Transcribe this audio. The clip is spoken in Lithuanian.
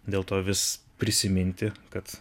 dėl to vis prisiminti kad